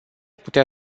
putea